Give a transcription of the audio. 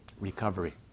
recovery